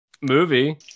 movie